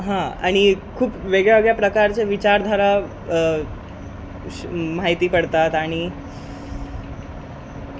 हां आणि खूप वेगळ्यावेगळ्या प्रकारचे विचारधारा श माहिती पडतात आणि